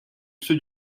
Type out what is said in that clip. ceux